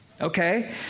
Okay